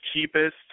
cheapest